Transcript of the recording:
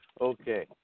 Okay